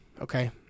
okay